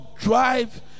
drive